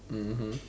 mmhmm